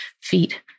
feet